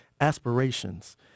aspirations